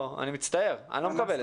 אני מצטער, אני לא מקבל את זה.